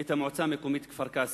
את המועצה המקומית כפר-קאסם.